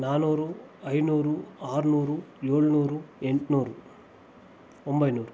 ನಾನ್ನೂರು ಐನೂರು ಆರುನೂರು ಏಳುನೂರು ಎಂಟುನೂರು ಒಂಬೈನೂರು